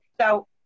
so-